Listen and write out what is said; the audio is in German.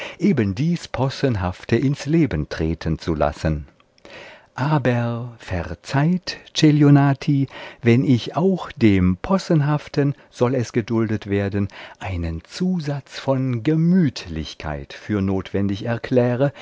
eben dies possenhafte ins leben treten zu lassen aber verzeiht celionati wenn ich auch dem possenhaften soll es geduldet werden einen zusatz von gemütlichkeit für notwendig erkläre